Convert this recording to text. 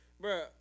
Bro